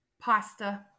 Pasta